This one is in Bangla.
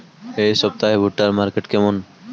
এই সপ্তাহে ভুট্টার মার্কেট কেমন?